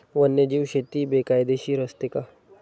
वन्यजीव शेती बेकायदेशीर असते का?